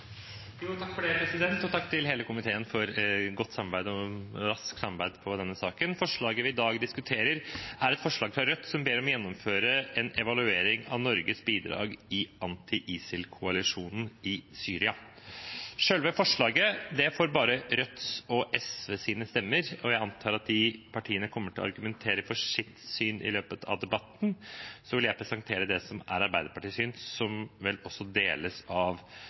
Takk til hele komiteen for godt og raskt samarbeid om denne saken. Forslaget vi i dag diskuterer, er et forslag fra Rødt om å be regjeringen gjennomføre en evaluering av Norges bidrag i anti-ISIL-koalisjonen i Syria. Selve forslaget får bare Rødts og SVs stemmer. Jeg antar at de partiene kommer til å argumentere for sitt syn i løpet av debatten. Så vil jeg presentere det som er Arbeiderpartiets syn, som vel også deles av